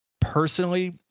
personally